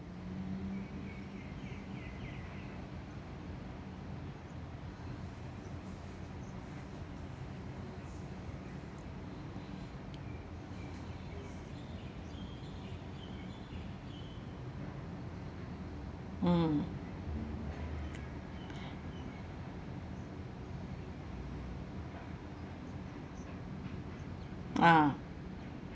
mm ah